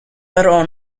però